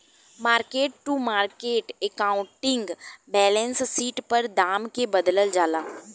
market to market accounting balance sheet पर दाम के बदलल जाला